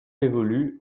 évolue